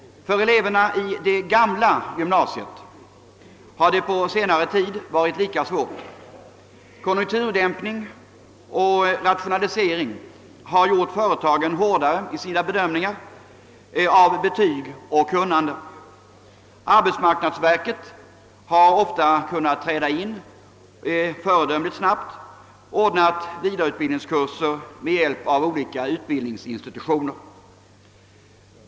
För eleverna i det gamla gymnasiet har det under senare tid varit lika besvärligt. Konjunkturdämpning och rationalisering har gjort företagen hårdare i sina bedömningar av betyg och kunnande. Arbetsmarknadsverket har ofta kunna träda in föredömligt snabbt och har ordnat vidareutbildningskurser med hjälp av olika utbildningsinstitutioner.